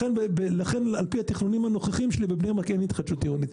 לכן על פי התכנונים הנוכחיים בבני ברק אין התחדשות עירונית.